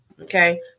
Okay